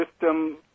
system